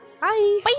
bye